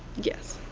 yes.